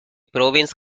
province